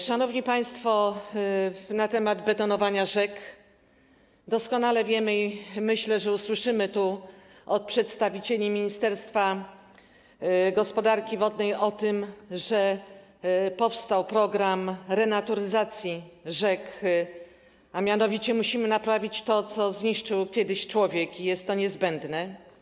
Szanowni państwo, na temat betonowania rzek - doskonale wiemy, myślę, że usłyszymy tu od przedstawicieli ministerstwa gospodarki wodnej o tym, że powstał program renaturyzacji rzek, gdyż musimy naprawić to, co zniszczył kiedyś człowiek, i jest to niezbędne.